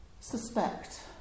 suspect